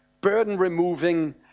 burden-removing